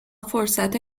فرصت